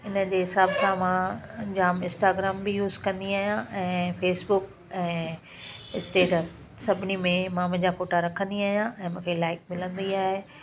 इन जे हिसाब मां जामु इस्टाग्राम बि यूस कंदी आहियां ऐं फ़ेसबुक ऐं स्टेट सभिनी में मां मुंहिंजा फ़ोटा रखंदी आहियां ऐं मूंखे लाईक मिलंदी आहे